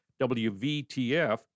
WVTF